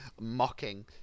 mocking